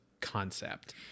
concept